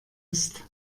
ist